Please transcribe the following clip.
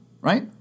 right